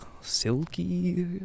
Silky